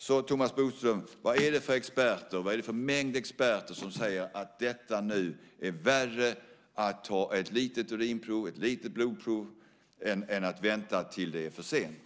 Så, Thomas Bodström, vad är det för mängd experter som säger att det är värre att ta ett litet urinprov eller ett litet blodprov nu än att vänta tills det är för sent?